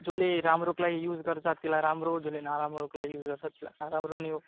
जसले राम्रोको लागि युज गर्छ त्यसलाई राम्रो जसले नराम्रोको लागि युज गर्छ त्यसलाई नराम्रो नै हो